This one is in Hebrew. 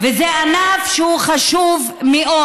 וזה ענף שהוא חשוב מאוד,